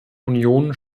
union